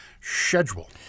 Schedule